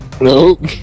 Nope